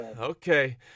Okay